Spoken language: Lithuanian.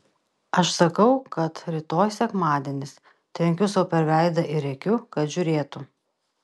aš sakau kad rytoj sekmadienis trenkiu sau per veidą ir rėkiu kad žiūrėtų